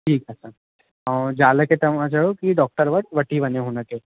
ठीकु आहे सर ऐं ज़ाल खे तव्हां चओ कि डॉक्टर वटि वठी वञे हुन खे